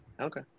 Okay